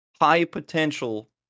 high-potential